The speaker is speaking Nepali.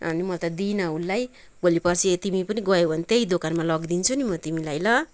अनि म त दिइनँ उसलाई भोलि पर्सी तिमी पनि गयौ भने त्यही दोकानमा लगिदिन्छु नि म तिमीलाई ल